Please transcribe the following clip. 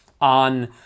on